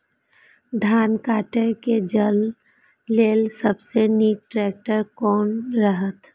धान काटय के लेल सबसे नीक ट्रैक्टर कोन रहैत?